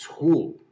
tool